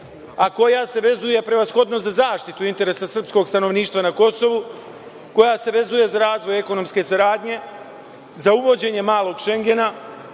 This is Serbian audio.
a koja se vezuje prevashodno za zaštitu interesa srpskog stanovništva na Kosovu, koja se vezuje za razvoj ekonomske saradnje, za uvođenje malog Šengena,